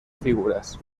figuras